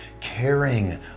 caring